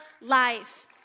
life